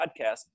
podcast